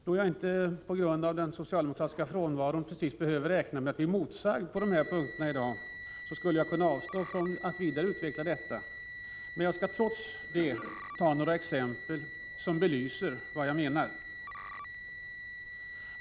Då jag på grund av den socialdemokratiska frånvaron i dag inte behöver räkna med att bli motsagd på dessa punkter, skulle jag kunna avstå från att vidareutveckla detta resonemang, men jag skall trots detta ge några exempel som belyser vad jag menar.